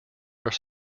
are